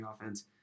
offense